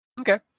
okay